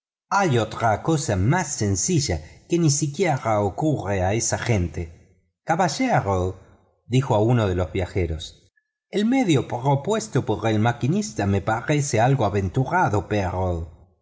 hay otra cosa más sencilla que ni siquiera se le ocurre a esa gente caballero dijo a uno de los viajeros el medio propuesto por el maquinista me parece algo aventurado pero